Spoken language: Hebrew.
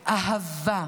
אהבה,